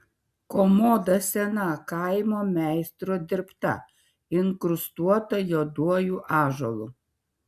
komoda sena kaimo meistro dirbta inkrustuota juoduoju ąžuolu